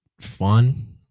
fun